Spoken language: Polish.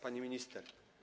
Pani Minister!